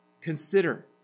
consider